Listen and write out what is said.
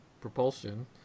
propulsion